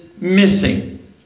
missing